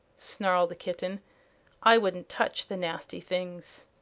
snarled the kitten i wouldn't touch the nasty things!